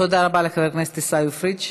תודה רבה לחבר הכנסת עיסאווי פריג'.